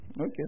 Okay